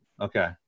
Okay